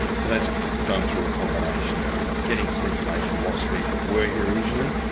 so that's done through a combination of getting some information on what species were here originally,